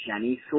Jenny